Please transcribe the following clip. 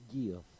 give